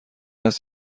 است